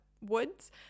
woods